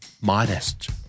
modest